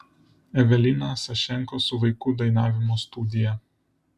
evelina sašenko su vaikų dainavimo studija